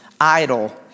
idle